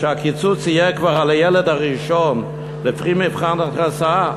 שהקיצוץ יהיה כבר על הילד הראשון לפי מבחן הכנסה.